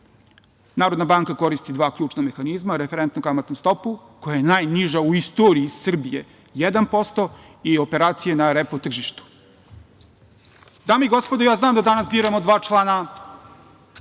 Narodna banka koristi dva ključna mehanizma, referentnu kamatnu stopu koja je najniža u istoriji Srbije 1% i operacija na repo tržištu. Dame i gospodo, ja znam da danas biramo dva člana